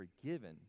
forgiven